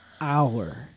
hour